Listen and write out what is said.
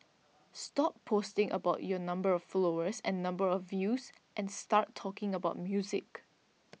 stop posting about your number of followers and number of views and start talking about music